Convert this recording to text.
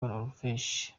norvege